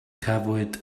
cafwyd